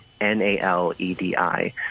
N-A-L-E-D-I